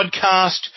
podcast